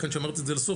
לכן שמרתי את זה לסוף,